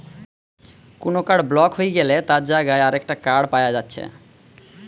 কুনো card block হই গ্যালে তার জাগায় আরেকটা কার্ড পায়া যাচ্ছে